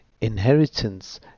Inheritance